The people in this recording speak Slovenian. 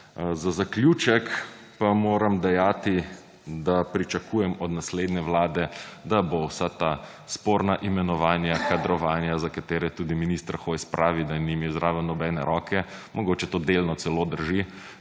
Za zaključek pa moram dejati, da pričakujem od naslednje vlade, da bo vsa ta sporna imenovanja, kadrovanja, za katere tudi minister Hojs pravi, da ni imel zraven nobene roke – mogoče to delno celo drži,